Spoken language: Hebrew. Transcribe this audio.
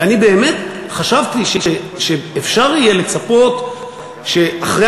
ואני באמת חשבתי שאפשר יהיה לצפות שאחרי